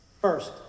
First